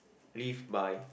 live by